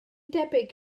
debyg